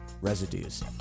residues